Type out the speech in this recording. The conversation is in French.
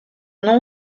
nom